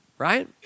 right